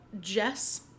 Jess